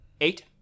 eight